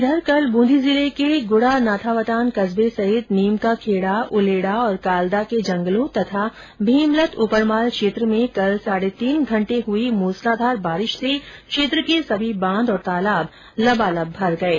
इधर कल बूंदी जिले के गुडानाथावतान कस्बे सहित नीम का खेड़ा उलेडा और कालदा के जंगलों तथा भीमलत उपरमाल क्षेत्र में कल साढ़े तीन घंटे हुई मूसलाधार बारिश से क्षेत्र के सभी बांध और तालाब लबालब भर गए हैं